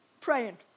praying